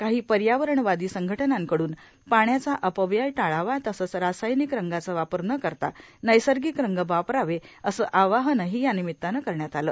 काही पर्यावरणवादी संघटनांकडून पाण्याचा अपव्यय टाळावा तसंच रासायनिक रंगाचा वापर न करता नैसर्गिक रंग वापरावे असं आवाहनही या निमित्तानं करण्यात आलं